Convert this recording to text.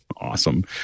awesome